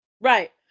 right